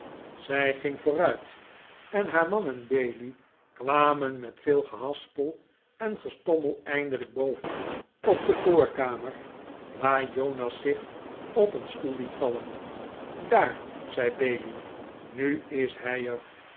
zij ging vooruit en haar man en bailey kwamen met veel gehaspel en gestommel eindelijk boven op de voorkamer waar jonas zich op een stoel liet vallen daar zei bailey nu is hij er